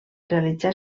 realitzar